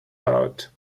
out